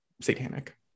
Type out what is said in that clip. satanic